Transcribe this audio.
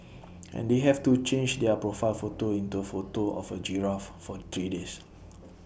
and they have to change their profile photo into A photo of A giraffe for three days